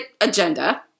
agenda